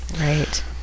right